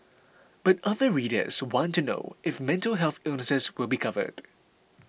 but other readers want to know if mental health illnesses will be covered